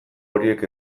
horiek